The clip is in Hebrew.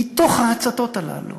מתוך ההצתות האלה.